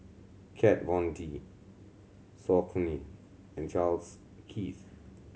Kat Von D Saucony and Charles Keith